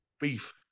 beef